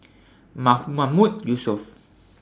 Ma Mahmood Yusof